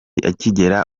akigera